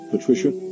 Patricia